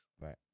Right